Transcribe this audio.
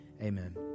Amen